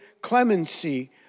clemency